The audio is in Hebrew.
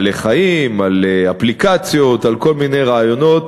בעלי-חיים, על אפליקציות, על כל מיני רעיונות.